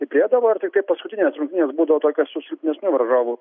stiprėdavo ir tiktai paskutinės rungtynės būdavo tokios su silpnesniu varžovu